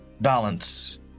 balance